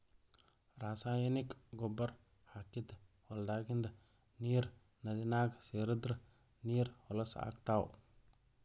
ರಾಸಾಯನಿಕ್ ಗೊಬ್ಬರ್ ಹಾಕಿದ್ದ್ ಹೊಲದಾಗಿಂದ್ ನೀರ್ ನದಿನಾಗ್ ಸೇರದ್ರ್ ನೀರ್ ಹೊಲಸ್ ಆಗ್ತಾವ್